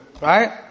right